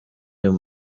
uyu